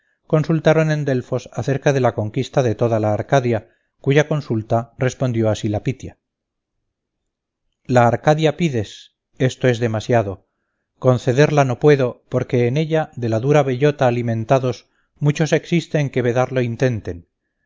consultaron en delfos acerca de la conquista de toda la arcadia cuya consulta respondió así la pitia la arcadia pides esto es demasiado concederla no puedo porque en ella de la dura bellota alimentados muchos existen que vedarlo intenten